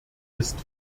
ist